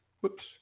Whoops